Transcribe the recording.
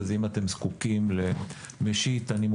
אז אם אתם זקוקים למשיט,